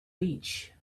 beach